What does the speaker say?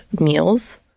meals